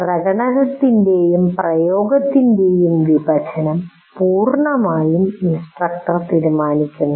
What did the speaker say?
പ്രകടനത്തിൻ്റെയും പ്രയോഗത്തിൻ്റെയും വിഭജനം പൂർണ്ണമായും ഇൻസ്ട്രക്ടർ തീരുമാനിക്കുന്നു